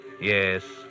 Yes